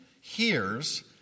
hears